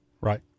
Right